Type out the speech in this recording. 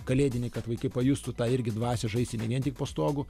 kalėdinį kad vaikai pajustų tą irgi dvasią žaisti ne vien tik po stogu